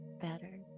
better